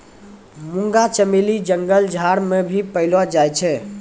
मुंगा चमेली जंगल झाड़ मे भी पैलो जाय छै